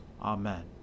Amen